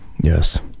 Yes